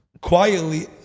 quietly